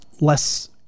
less